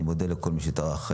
אני מודה לכל מי שטרח.